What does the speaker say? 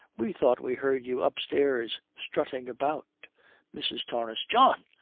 we thought we heard you upstairs strutting about mrs. torrance. john!